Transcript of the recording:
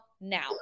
Now